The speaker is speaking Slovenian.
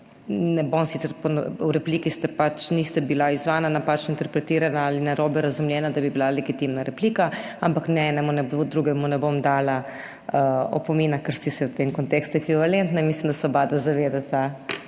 dejansko v repliki, niste bili izzvani, napačno interpretirani ali narobe razumljeni, da bi bila legitimna replika, ampak ne enemu ne drugemu ne bom dala opomina, ker sta si v tem kontekstu ekvivalentna in mislim, da se oba zavedata